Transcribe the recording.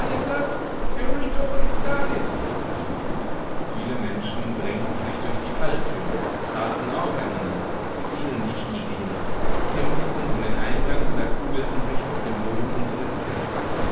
is guarded viele menschen drängten sich durch die falltüre traten aufeinander fielen die stiege hinab kämpften um den eingang oder kugelten sich auf dem boden unseres kellers